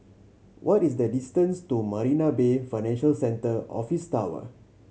what is the distance to Marina Bay Financial Centre Office Tower